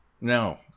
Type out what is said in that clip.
No